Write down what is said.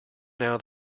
now